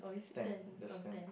ten that's ten